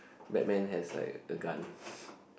Batman has like a gun